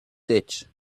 ditch